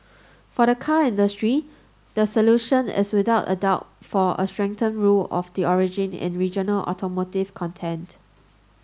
for the car industry the solution is without a doubt for a strengthened rule of the origin in regional automotive content